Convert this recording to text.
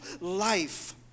life